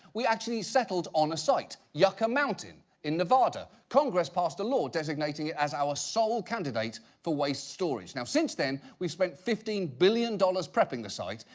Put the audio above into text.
we actually settled on a site, yucca mountain in nevada. congress passed a law designating it as our sole candidate for waste storage. now since then, we've spent fifteen billion dollars prepping the site,